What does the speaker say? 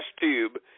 tube